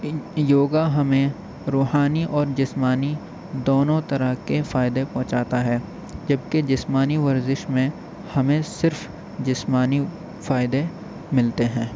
یوگا ہمیں روحانی اور جسمانی دونوں طرح کے فائدے پہنچاتا ہے جب کہ جسمانی ورزش میں ہمیں صرف جسمانی فائدے ملتے ہیں